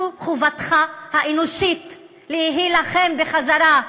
זו חובתך האנושית להילחם בחזרה,